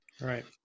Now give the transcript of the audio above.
Right